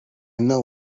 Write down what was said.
know